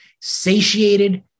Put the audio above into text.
satiated